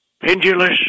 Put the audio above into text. pendulous